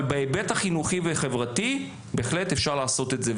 אבל בהיבט החינוכי והחברתי בהחלט אפשר לעשות את זה.